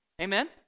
Amen